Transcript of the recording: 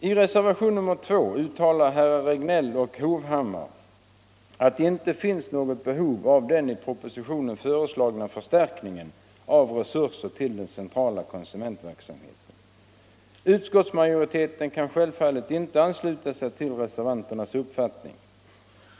I reservationen uttalas att det inte finns något behov av den i propositionen föreslagna förstärkningen av resurser till den centrala konsumentverksamheten. Utskottsmajoriteten kan självfallet inte ansluta sig till reservanternas uppfattning.